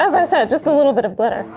um just a little bit of glitter.